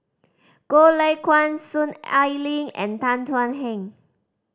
Goh Lay Kuan Soon Ai Ling and Tan Thuan Heng